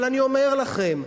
אבל אני אומר לכם,